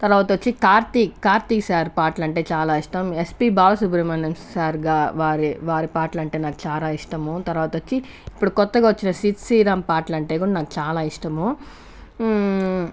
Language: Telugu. తర్వాత వచ్చి కార్తీ కార్తీక్ సార్ పాటలు అంటే చాలా ఇష్టం ఎస్పి బాలసుబ్రమణ్యం సార్ గారి వారి వారి పాటలు అంటే నాకు చాలా ఇష్టము తర్వాత వచ్చి ఇప్పుడు కొత్తగా వచ్చిన సిద్ శ్రీరామ్ పాటలంటే కూడా నాకు చాలా ఇష్టము